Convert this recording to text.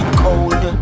cold